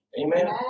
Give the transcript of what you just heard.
Amen